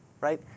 right